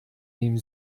nehmen